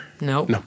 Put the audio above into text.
No